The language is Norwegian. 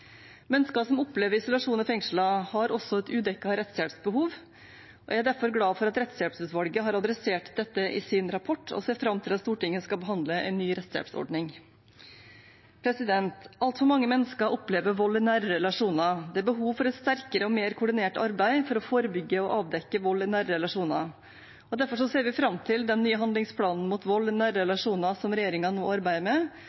Mennesker som opplever isolasjon i fengsel, har også et udekket rettshjelpsbehov. Jeg er derfor glad for at rettshjelpsutvalget har adressert dette i sin rapport, og ser fram til at Stortinget skal behandle en ny rettshjelpsordning. Altfor mange mennesker opplever vold i nære relasjoner. Det er behov for et sterkere og mer koordinert arbeid for å forebygge og avdekke vold i nære relasjoner. Derfor ser vi fram til den nye handlingsplanen mot vold i nære relasjoner som regjeringen nå arbeider med,